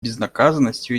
безнаказанностью